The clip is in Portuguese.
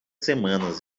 semanas